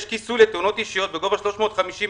יש כיסוי לתאונות אישיות בגובה 350,000,